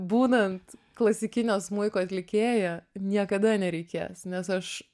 būnant klasikinio smuiko atlikėja niekada nereikės nes aš